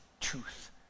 truth